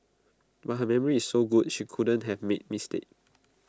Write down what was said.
but her memory is so good she couldn't have made mistake